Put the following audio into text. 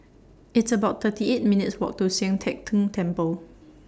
It's about thirty eight minutes' Walk to Sian Teck Tng Temple